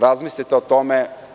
Razmislite o tome.